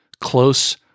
close